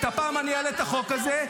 הפעם אני אעלה את החוק הזה,